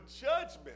judgment